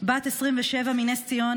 בת 27 מנס ציונה,